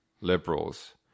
liberals